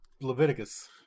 Leviticus